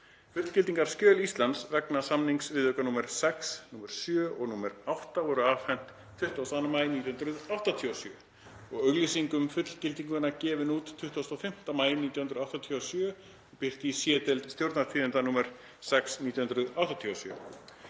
Fullgildingarskjöl Íslands vegna samningsviðauka nr. 6, nr. 7 og nr. 8 voru afhent 22. maí 1987 og auglýsing um fullgildinguna gefin út 25. maí 1987 og birt í C-deild Stjórnartíðinda nr. 6/1987.